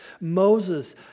Moses